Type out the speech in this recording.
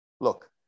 look